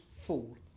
fall